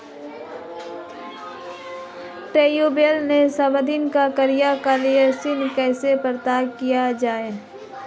Tubewell से संबंधित कार्य के लिए ऋण कैसे प्राप्त किया जाए?